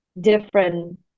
different